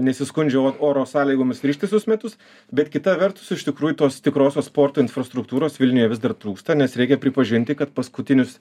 nesiskundžia oro sąlygomis ir ištisus metus bet kita vertus iš tikrųjų tos tikrosios sporto infrastruktūros vilniuje vis dar trūksta nes reikia pripažinti kad paskutinius